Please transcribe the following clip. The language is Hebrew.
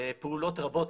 פעולות רבות,